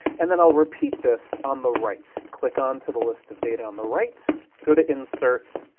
and then i'll repeat this on the right. click onto the list of data on the right, go to insert,